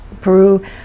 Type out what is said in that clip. Peru